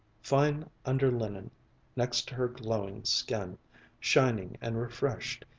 fine under-linen next her glowing skin shining and refreshed,